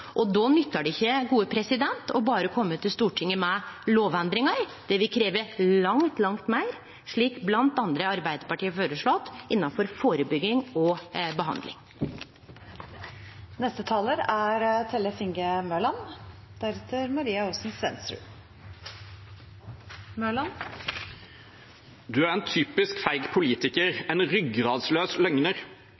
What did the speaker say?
Då nyttar det ikkje å kome til Stortinget med berre lovendringar. Det vil krevje langt, langt meir, slik bl.a. Arbeiderpartiet har føreslått, innanfor førebygging og behandling. – Du er en typisk feig politiker, en ryggradsløs løgner. – Reinspikka løgn, han er